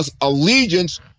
allegiance